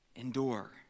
Endure